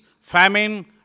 famine